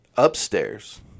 Upstairs